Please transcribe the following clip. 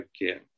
again